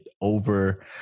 over